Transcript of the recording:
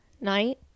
night